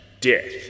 death